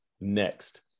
Next